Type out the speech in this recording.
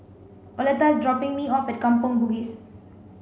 Oleta is dropping me off at Kampong Bugis